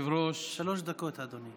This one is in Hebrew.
שלוש דקות, אדוני.